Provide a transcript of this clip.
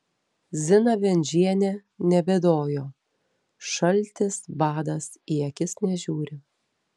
zina bendžienė nebėdojo šaltis badas į akis nežiūri